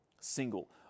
single